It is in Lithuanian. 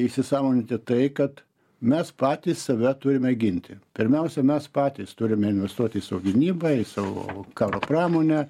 įsisąmoninti tai kad mes patys save turime ginti pirmiausia mes patys turime investuot į savo gynybą į savo karo pramonę